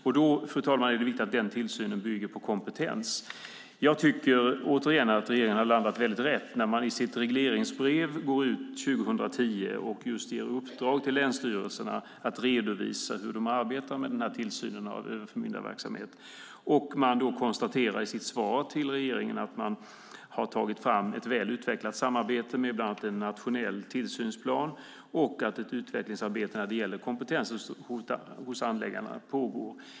Och då är det, fru talman, viktigt att den tillsynen bygger på kompetens. Jag tycker, återigen, att regeringen landat väldigt rätt när den i sitt regleringsbrev 2010 går ut och ger länsstyrelserna i uppdrag att redovisa hur dessa arbetar med tillsynen av överförmyndarverksamheten. I sitt svar till regeringen konstaterar länsstyrelserna att de uppnått ett väl utvecklat samarbete, med bland annat en nationell tillsynsplan, och att ett utvecklingsarbete gällande kompetens hos handläggarna pågår.